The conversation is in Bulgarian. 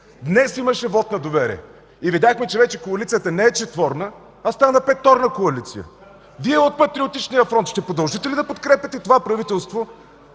Днес имаше вот на доверие. Видяхме, че вече коалицията не е четворна, стана петорна коалиция. Вие, от Патриотичния фронт, ще продължите ли да подкрепяте това правителство?